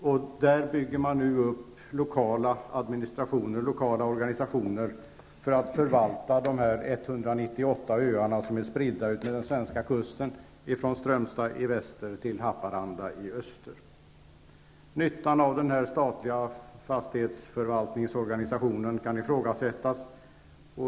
Verket bygger nu upp lokala organisationer för att förvalta dessa 198 öar, som ligger spridda utmed den svenska kusten från Nyttan av denna statliga fastighetsförvaltningsorganisation kan ifrågasättas.